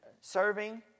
serving